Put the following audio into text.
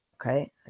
Okay